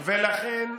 ולכן,